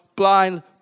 blind